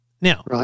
Now